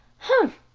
humph!